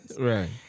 Right